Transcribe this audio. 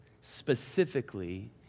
Specifically